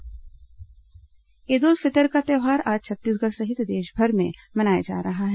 ईद उल फितर ईद उल फितर का त्यौहार आज छत्तीसगढ़ सहित देशभर में मनाया जा रहा है